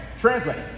translate